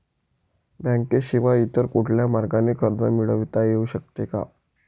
बँकेशिवाय इतर कुठल्या मार्गाने कर्ज मिळविता येऊ शकते का?